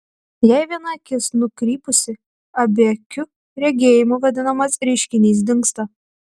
jei viena akis nukrypusi abiakiu regėjimu vadinamas reiškinys dingsta